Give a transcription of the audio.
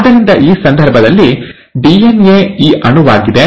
ಆದ್ದರಿಂದ ಈ ಸಂದರ್ಭದಲ್ಲಿ ಡಿಎನ್ಎ ಈ ಅಣುವಾಗಿದೆ